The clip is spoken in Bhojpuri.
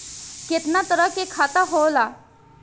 केतना तरह के खाता होला?